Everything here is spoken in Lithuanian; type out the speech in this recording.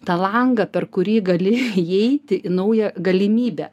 tą langą per kurį gali įeiti į naują galimybę